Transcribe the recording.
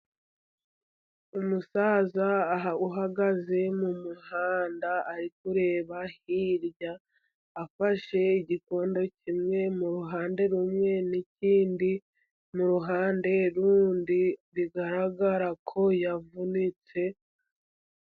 Umusaza uhagaze mu muhanda ari kureba hirya, afashe igikondo kimwe mu ruhande rumwe n'ikindi mu ruhande rundi, bigaragara ko yavunitse.